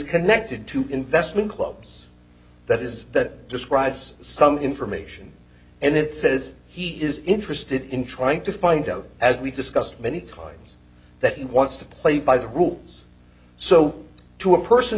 connected to investment clubs that is that describes some information and it says he is interested in trying to find out as we've discussed many times that he wants to play by the rules so to a person